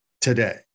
today